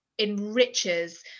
enriches